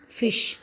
fish